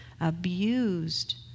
abused